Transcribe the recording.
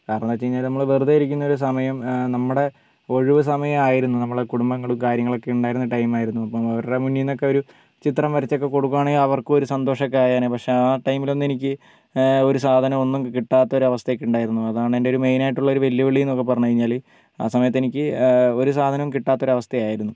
കാരണം എന്ന് വെച്ച് കഴിഞ്ഞാൽ നമ്മൾ വെറുതെ ഇരിക്കുന്ന ഒരു സമയം നമ്മുടെ ഒഴിവ് സമയം ആയിരുന്നു നമ്മളെ കുടുംബങ്ങളും കാര്യങ്ങളൊക്കെ ഉണ്ടായിരുന്ന ടൈം ആയിരുന്നു അപ്പം അവരുടെ മുന്നിൽ നിന്നൊക്കെ ഒരു ചിത്രം വരച്ചൊക്കെ കൊടുക്കുവാണെങ്കിൽ അവര്ക്കും ഒരു സന്തോഷം ഒക്കെ ആയേനെ പക്ഷേ ആ ടൈമിലൊന്നും എനിക്ക് ഒരു സാധനവും ഒന്നും കിട്ടാത്ത ഒരു അവസ്ഥ ഒക്കെ ഉണ്ടായിരുന്നു അതാണ് എന്റെ മെയിൻ ആയിട്ടുള്ള ഒരു വെല്ലുവിളി എന്നൊക്കെ പറഞ്ഞുകഴിഞ്ഞാൽ ആ സമയത്ത് എനിക്ക് ഒരു സാധനവും കിട്ടാത്ത ഒരവസ്ഥയായിരുന്നു